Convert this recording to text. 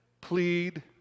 plead